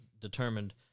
determined